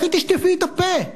לכי תשטפי את הפה,